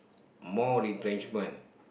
more retrenchment